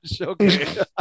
Okay